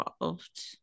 involved